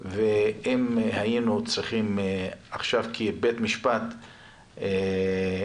ואם היינו צריכים עכשיו כבית משפט לבוא